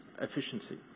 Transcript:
efficiency